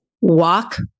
Walk